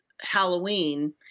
Halloween